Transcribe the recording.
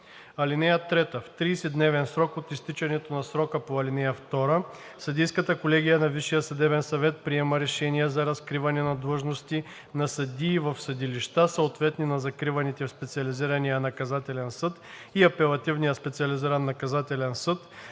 съд. (3) В 30-дневен срок от изтичането на срока по ал. 2 съдийската колегия на Висшия съдебен съвет приема решение за разкриване на длъжности на съдии в съдилища, съответни на закриваните в Специализирания наказателен съд и Апелативния специализиран наказателен съд